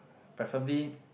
preferably